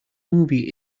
movie